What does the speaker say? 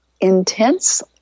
intense